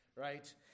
right